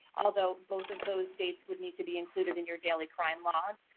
although both of those dates would need to be included in your daily crime log.